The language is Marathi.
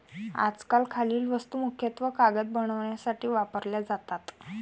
आजकाल खालील वस्तू मुख्यतः कागद बनवण्यासाठी वापरल्या जातात